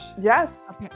yes